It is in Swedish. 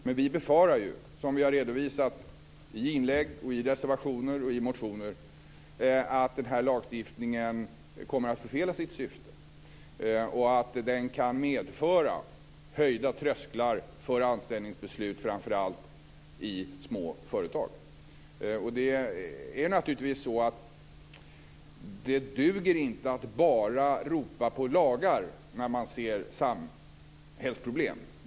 Men vi befarar ju, som vi har redovisat i inlägg, i reservationer och i motioner, att denna lagstiftning kommer att förfela sitt syfte och att den kan medföra höjda trösklar för anställningsbeslut framför allt i små företag. Det duger naturligtvis inte att bara ropa på lagar när man ser samhällsproblem.